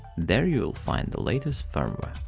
there you will find the latest firmware.